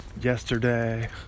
yesterday